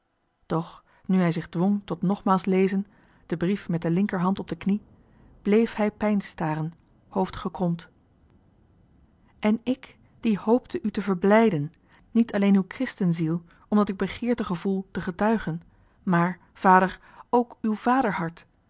doch nu hij zich dwong tot nogmaals lezen den brief met de linkerhand op de knie bleef hij peinsstaren hoofdgekromd en ik die hoopte u te verblijden niet alleen uwe christenziel omdat ik begeerte gevoel te getuigen maar vader ook uw